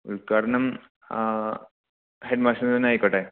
ഉദ്ഘാടനം head master തന്നെ ആയിക്കോട്ടെ